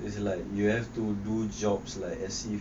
is like you have to do jobs like as you